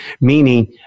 meaning